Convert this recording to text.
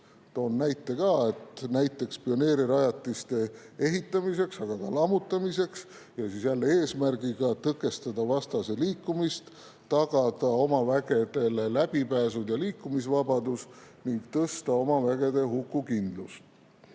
Toon näite ka: pioneerirajatiste ehitamiseks, aga ka lammutamiseks, seda siis eesmärgiga tõkestada vastase liikumist, tagada oma vägedele läbipääs ja liikumisvabadus ning tõsta oma vägede hukukindlust.